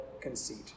conceit